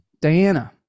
Diana